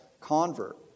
convert